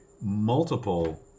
multiple